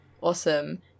Awesome